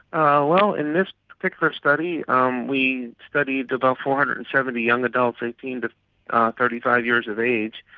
ah well, in this particular study um we studied about four hundred and seventy young adults, eighteen to thirty five years of age,